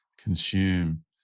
consume